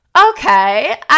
Okay